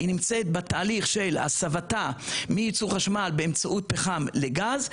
היא נמצאת בתהליך של הסבתה מיצור חשמל באמצעות פחם לגז,